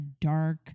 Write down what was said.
dark